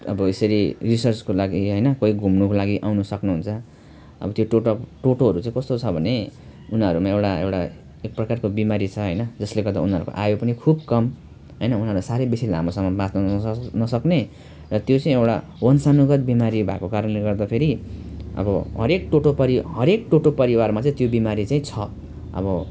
अब यसरी रिसर्चको लागि यहाँ होइन कोही घुम्नुको लागि आउन सक्नु हुन्छ अब त्यो टोटो टोटोहरू चाहिँ कस्तो छ भने उनीहरूमा एउटा एउटा एक प्रकारको बिमारी छ होइन जसले गर्दा उनीहरूको आयु पनि खुब कम होइन उनीहरूलाई साह्रै बेसी लामो समय बाँच्न नस नसक्ने र त्यो चाहिँ एउटा वंशानुगत बिमारी भएको कारणले गर्दा फेरि अब हरएक टोटो परि हरएक टोटो परिवारमा चाहिँ त्यो बिमारी चाहिँ छ अब